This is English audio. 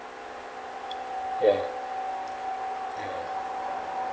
ya ya